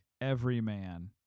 everyman